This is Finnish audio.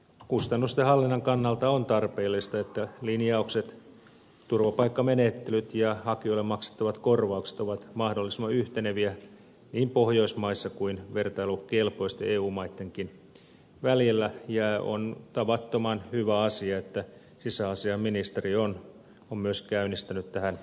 kustannusten hallinnan kannalta on tarpeellista että linjaukset turvapaikkamenettelyt ja hakijoille maksettavat korvaukset ovat mahdollisimman yhteneviä niin pohjoismaissa kuin vertailukelpoisissa eu maissakin ja on tavattoman hyvä asia että sisäasiainministeri on myös käynnistänyt tähän asiaan liittyvät selvitykset